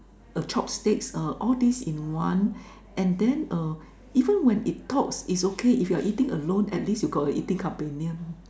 a chopsticks uh all this in one and then uh even when it talks it's okay if you are eating alone and list you call a eating companion